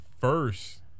first